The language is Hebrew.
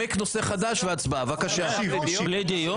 לעשות הצבעה בלי דיון?